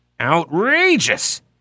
Outrageous